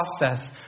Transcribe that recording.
process